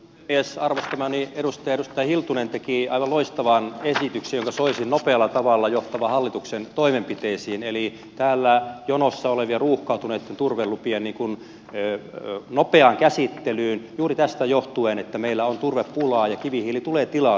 arvostamani edustaja edustaja hiltunen teki aivan loistavan esityksen jonka soisin nopealla tavalla johtavan hallituksen toimenpiteisiin eli täällä jonossa olevien ruuhkautuneitten turvelupien nopeaan käsittelyyn juuri tästä johtuen että meillä on turvepulaa ja kivihiili tulee tilalle